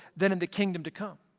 than in the kingdom to come.